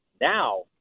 now